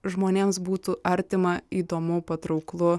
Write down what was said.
žmonėms būtų artima įdomu patrauklu